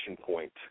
point